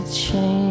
change